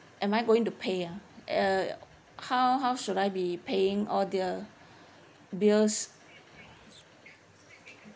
am I going to pay ah uh how how should I be paying all the bills